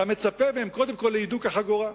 אתה מצפה מהם קודם כול להידוק החגורה,